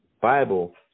Bible